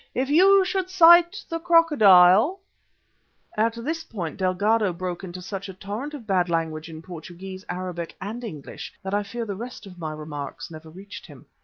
if you should sight the crocodile at this point delgado broke into such a torrent of bad language in portuguese, arabic and english that i fear the rest of my remarks never reached him.